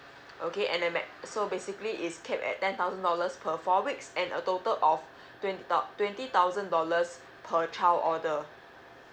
okay and then max~ so basically is capped at ten thousand dollars per four weeks and a total of twenty thou~ twenty thousand dollars per child order